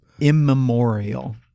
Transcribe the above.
Immemorial